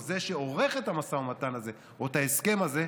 זה שעורך את המשא ומתן או את ההסכם הזה,